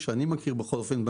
שאני מכיר בכל אופן,